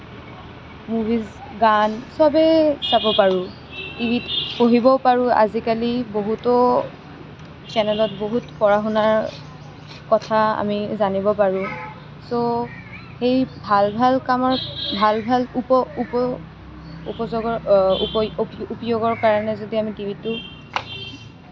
movies গান সবেই চাব পাৰোঁ টিভিত পঢ়িবও পাৰোঁ অজিকালি বহুতো চেনেলত বহুত পঢ়া শুনাৰ কথা আমি জানিব পাৰোঁ ছ' সেই ভাল ভাল কামৰ ভাল ভাল উপ উপ উপযোগৰ উপয় উপয়োগৰ কাৰণে যদি আমি টিভিটো